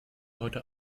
heute